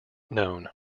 known